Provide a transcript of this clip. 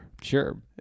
Sure